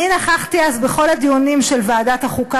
אני נכחתי אז בכל הדיונים של ועדת החוקה